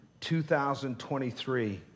2023